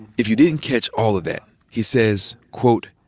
if you didn't catch all of that, he says, quote,